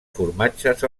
formatges